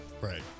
Right